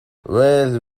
well